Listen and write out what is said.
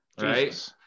right